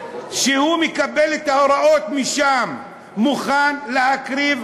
הוא מקבל את ההוראות משם ומוכן להקריב